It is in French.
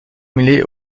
assimilé